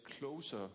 closer